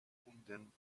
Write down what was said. kunden